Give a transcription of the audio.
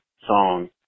song